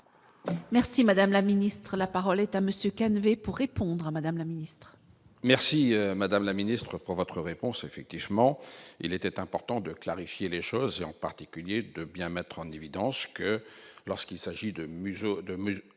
Merci madame la Ministre, la parole est à monsieur Canivet pour répondre à Madame la Ministre. Merci madame la Ministre pour votre réponse, effectivement, il était important de clarifier les choses et en particulier de bien mettre en évidence que lorsqu'il s'agit de 2000